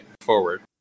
forward